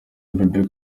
bebe